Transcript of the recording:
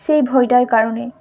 সেই ভয়টার কারণে